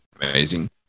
Amazing